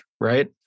right